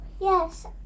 Yes